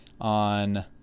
on